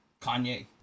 Kanye